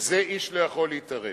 ובזה איש לא יכול להתערב.